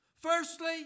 Firstly